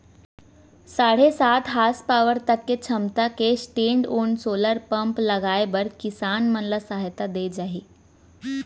साढ़े सात हासपावर तक के छमता के स्टैंडओन सोलर पंप लगाए बर किसान मन ल सहायता दे जाही